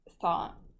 thought